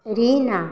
Reena